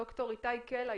איתנו ד"ר איתי קלע,